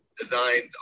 designed